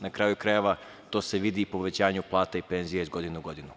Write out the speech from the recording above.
Na kraju krajeva to se vidi i povećanjem plata i penzija iz godine u godinu.